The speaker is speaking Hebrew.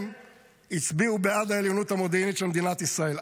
הם הצביעו בעד העליונות המודיעינית של מדינת ישראל.